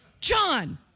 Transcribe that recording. John